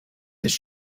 his